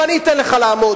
ואני אתן לך לעמוד.